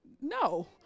No